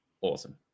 Awesome